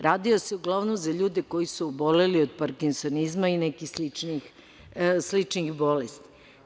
Radio se uglavnom za ljude koji su oboleli od parkisonizma i nekih sličnih bolesti.